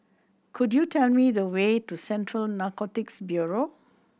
could you tell me the way to Central Narcotics Bureau